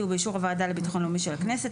ובאישור הוועדה לביטחון לאומי של הכנסת,